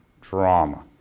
drama